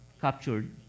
captured